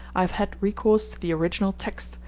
i have had recourse to the original text,